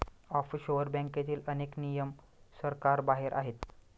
offshore बँकेतील अनेक नियम सरकारबाहेर आहेत